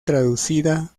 traducida